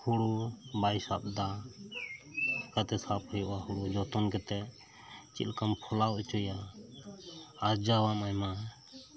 ᱦᱳᱲᱳ ᱵᱟᱭ ᱥᱟᱵ ᱮᱫᱟ ᱪᱮᱠᱟᱛᱮ ᱥᱟᱵ ᱦᱳᱭᱳᱜᱼᱟ ᱦᱳᱲᱳ ᱡᱚᱛᱚᱱ ᱠᱟᱛᱮᱫ ᱪᱮᱫ ᱞᱮᱠᱟᱢ ᱯᱷᱚᱞᱟᱣ ᱦᱚᱪᱚᱭᱟ ᱟᱨᱡᱟᱣᱮᱢ ᱮᱢᱟ